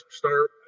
start